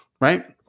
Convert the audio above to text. right